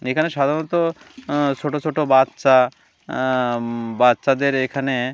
এখানে সাধারণত ছোটো ছোটো বাচ্চা বাচ্চাদের এখানে